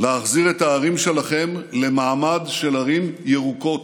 להחזיר את הערים שלכם למעמד של ערים ירוקות,